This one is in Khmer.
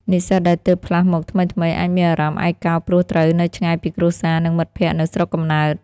និស្សិតដែលទើបផ្លាស់មកថ្មីៗ អាចមានអារម្មណ៍ឯកកោព្រោះត្រូវនៅឆ្ងាយពីគ្រួសារ និងមិត្តភ័ក្តិនៅស្រុកកំណើត។